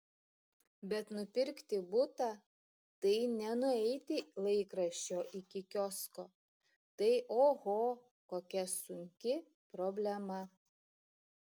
bet nupirkti butą tai ne nueiti laikraščio iki kiosko tai oho kokia sunki problema